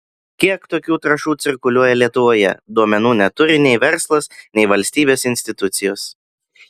kiek tokių trąšų cirkuliuoja lietuvoje duomenų neturi nei verslas nei valstybės institucijos